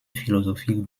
philosophique